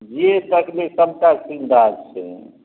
जे तकलीफ सबटा ठीक भए जाइ छै